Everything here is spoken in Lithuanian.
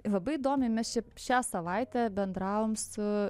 labai domina mes čia šią savaitę bendravom su